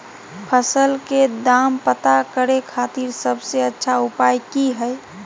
फसल के दाम पता करे खातिर सबसे अच्छा उपाय की हय?